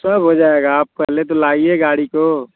सब हो जायेगा आप पहले तो लाइये गाड़ी को